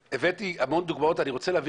הבאתי דוגמאות רבות אבל אני רוצה להביא